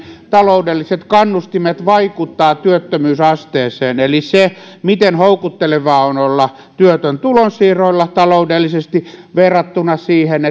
taloudelliset kannustimet vaikuttavat työttömyysasteeseen eli se miten houkuttelevaa on olla työtön tulonsiirroilla taloudellisesti verrattuna siihen